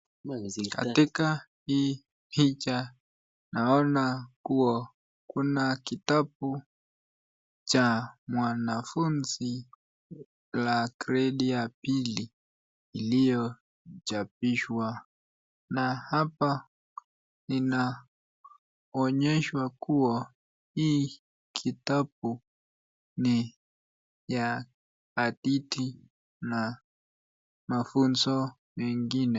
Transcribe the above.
Katika hii picha naona kuwa kuna kitabu cha mwanafunzi la gredi ya pili iliyochapishwa na hapa inaonyeshwa kuwa hii kitabu ni ya hadithi na mafunzo mengine.